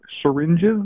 syringes